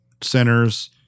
centers